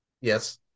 Yes